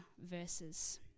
verses